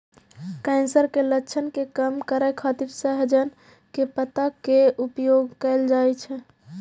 cancer के लक्षण के कम करै खातिर सहजन के पत्ता के उपयोग कैल जाइ छै